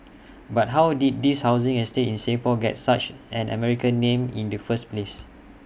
but how did this housing estate in Singapore get such an American name in the first place